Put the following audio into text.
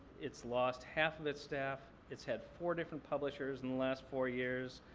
it's lost half of its staff. it's had four different publishers in the last four years.